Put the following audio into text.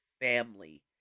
family